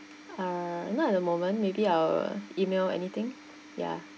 uh not at the moment maybe I will email anything ya